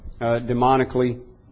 demonically